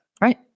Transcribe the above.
Right